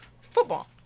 Football